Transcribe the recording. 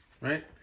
right